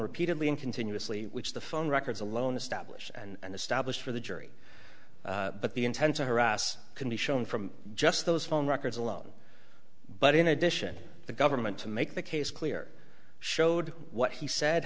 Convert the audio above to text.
repeatedly in continuously which the phone records alone establish and establish for the jury but the intent to harass can be shown from just those phone records alone but in addition the government to make the case clear showed what he said